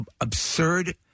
absurd